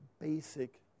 basic